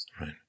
Right